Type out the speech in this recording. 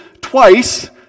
twice